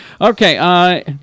Okay